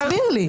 תסביר לי?